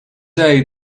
day